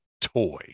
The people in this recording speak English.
toy